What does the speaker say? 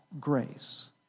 grace